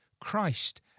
Christ